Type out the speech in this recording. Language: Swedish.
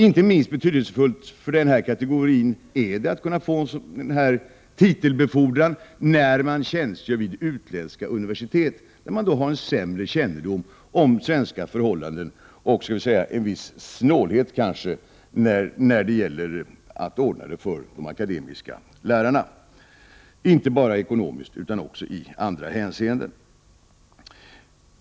Inte minst betydelsefullt för denna kategori är det att kunna få en sådan här titelbefordran när de tjänstgör vid ett utländskt universitet, där man har en sämre kännedom om svenska förhållanden, och kanske skall vi säga en viss snålhet när det gäller att ordna det för de akademiska lärarna — inte bara ekonomiskt utan också i andra hänseenden.